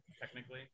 technically